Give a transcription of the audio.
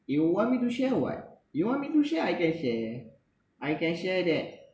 you want me to share or what you want me to share I can share I can share that